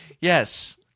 Yes